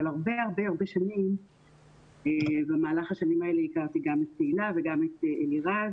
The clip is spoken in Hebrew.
אבל הרבה שנים במהלך השנים האלה הכרתי גם את תהלה וגם את אלירז.